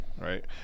right